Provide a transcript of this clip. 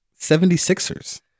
76ers